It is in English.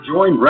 Join